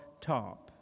top